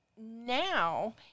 Now